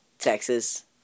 Texas